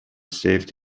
saved